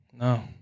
No